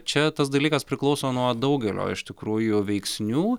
čia tas dalykas priklauso nuo daugelio iš tikrųjų veiksnių